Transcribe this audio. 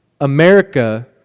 America